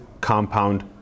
compound